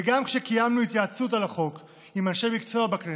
וגם כאשר קיימנו התייעצויות על החוק עם אנשי מקצוע בכנסת,